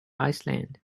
iceland